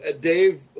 Dave